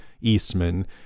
Eastman